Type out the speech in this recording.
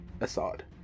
Assad